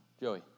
Joey